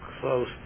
Close